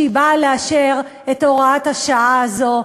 כשהיא באה לאשר את הוראת השעה הזו,